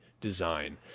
design